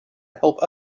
help